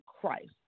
Christ